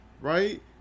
right